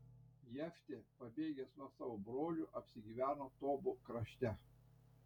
jeftė pabėgęs nuo savo brolių apsigyveno tobo krašte